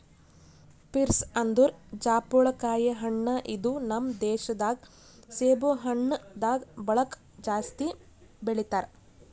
pears ಅಂದುರ್ ಜಾಪುಳಕಾಯಿ ಹಣ್ಣ ಇದು ನಮ್ ದೇಶ ದಾಗ್ ಸೇಬು ಹಣ್ಣ ಆದ್ ಬಳಕ್ ಜಾಸ್ತಿ ಬೆಳಿತಾರ್